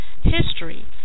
history